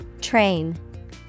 Train